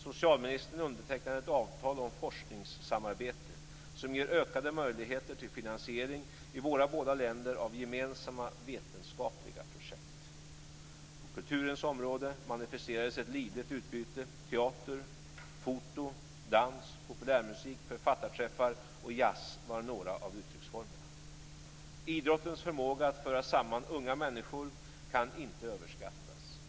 Socialministern undertecknade ett avtal om forskningssamarbete som ger ökade möjligheter till finansiering i våra båda länder av gemensamma vetenskapliga projekt. På kulturens område manifesterades ett livligt utbyte. Teater, foto, dans, populärmusik, författarträffar och jazz var några av uttrycksformerna. Idrottens förmåga att föra samman unga människor kan inte överskattas.